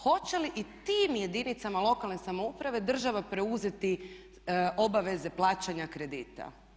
Hoće li i tim jedinicama lokalne samouprave država preuzeti obaveze plaćanja kredita?